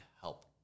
help